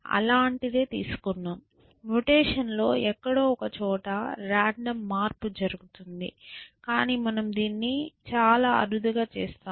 అలాంటిదే తీసుకున్నాము మ్యుటేషన్లో ఎక్కడో ఒక చోట రాండమ్ మార్పు జరుగుతుంది కాని మనము దీన్ని చాలా అరుదుగా చేస్తాము